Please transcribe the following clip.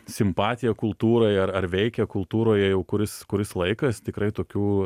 simpatiją kultūrai ar ar veikia kultūroje jau kuris kuris laikas tikrai tokių